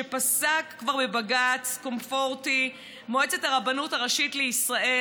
שפסק כבר בבג"ץ קונפורטי נגד מועצת הרבנות הראשית לישראל